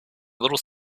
little